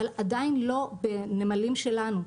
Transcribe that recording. אבל עדיין לא בנמלים שלנו,